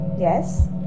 Yes